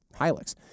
Hilux